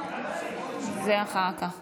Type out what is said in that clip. סעיפים